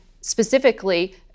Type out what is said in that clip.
specifically